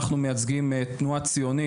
אנחנו מייצגים תנועה ציונית,